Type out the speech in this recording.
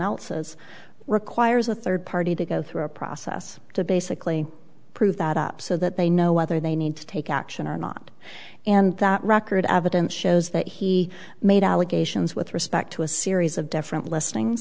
else's requires a third party to go through a process to basically prove that up so that they know whether they need to take action or not and that record evidence shows that he made allegations with respect to a series of different listing